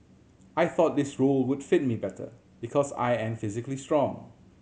I thought this role would fit me better because I am physically strong